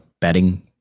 betting